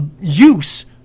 use